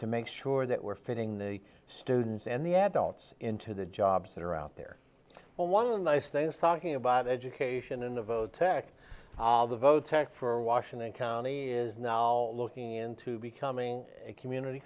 to make sure that we're feeding the students and the adults into the jobs that are out there well one of the nice things talking about education and the vote tech all the votes act for washington county is now looking into becoming a community